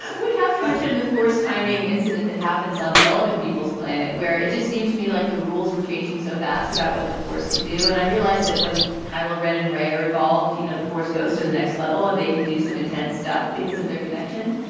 we have to mention the force timing incident that happens on the elephant people's planet where it just seemed to me like the rules were changing so fast about what the force could do. and i realized that when kylo ren and rei are involved, you know, the force goes to the next level and they can do some intense stuff because of their connection.